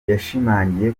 yashimangiye